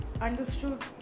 understood